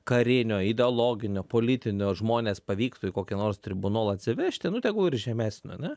karinio ideologinio politinio žmones pavyktų į kokį nors tribunolą atsivežti nu tegu ir žemesnio ane